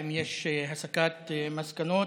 האם יש הסקת מסקנות?